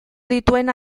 dituen